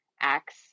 acts